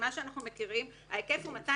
אם הוא מביא לי